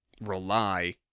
rely